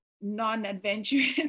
non-adventurous